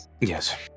Yes